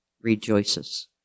rejoices